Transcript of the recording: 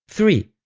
three.